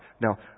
Now